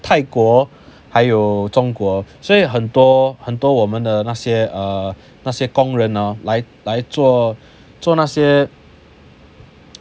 泰国还有中国所以很多很多我们的那些 uh 那些工人 hor 来来做做那些